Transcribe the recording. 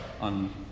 on